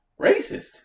Racist